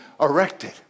erected